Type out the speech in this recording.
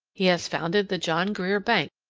he has founded the john grier bank,